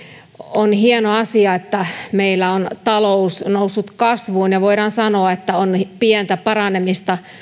on hieno asia että meillä on talous noussut kasvuun ja voidaan sanoa että on pientä paranemista